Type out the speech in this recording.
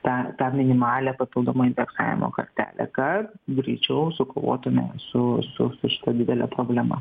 tą tą minimalią papildomo indeksavimo kartelę kad greičiau sukovotume su su su šita didele problema